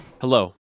Hello